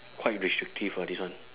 quite restrictive ah this one